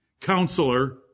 Counselor